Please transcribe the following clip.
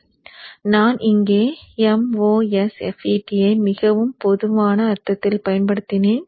எனவே நான் இங்கே MOSFET ஐ மிகவும் பொதுவான அர்த்தத்தில் பயன்படுத்தினேன்